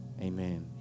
Amen